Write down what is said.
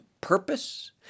purpose